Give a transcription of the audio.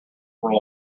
were